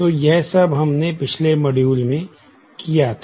तो यह सब हमने पिछले मॉड्यूल में किया था